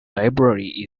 library